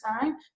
time